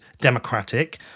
democratic